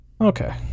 Okay